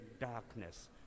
darkness